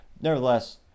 Nevertheless